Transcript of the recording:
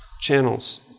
channels